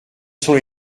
sont